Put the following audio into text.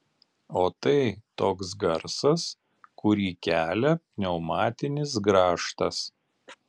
o tai toks garsas kurį kelia pneumatinis grąžtas